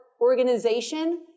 organization